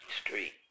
street